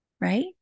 right